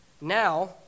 Now